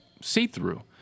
see-through